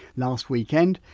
last weekend,